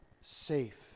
safe